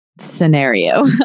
scenario